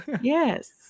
Yes